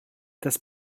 das